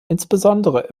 insbesondere